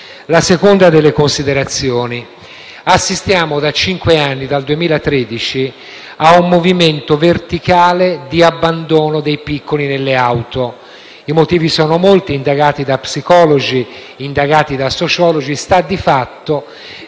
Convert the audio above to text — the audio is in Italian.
La seconda delle considerazioni: assistiamo da cinque anni, dal 2013, a un fenomeno verticale di abbandono dei piccoli nelle auto. I motivi sono molti, indagati da psicologi e sociologi. Sta di fatto